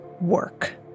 Work